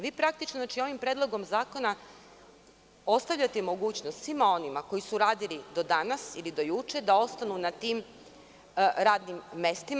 Vi praktično, ovim predlogom zakona ostavljate mogućnost svima onima koji su radili do danas, ili do juče, da ostanu na tim radnim mestima.